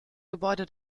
gebäude